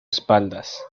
espaldas